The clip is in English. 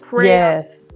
yes